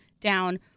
down